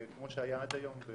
כמו שהיה עד היום.